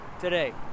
today